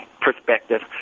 perspective